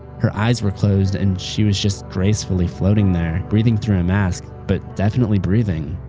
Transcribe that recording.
her eyes were closed and she was just gracefully floating there, breathing through a mask, but definitely breathing.